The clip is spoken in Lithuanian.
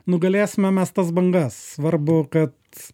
nugalėsime mes tas bangas svarbu kad